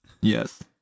Yes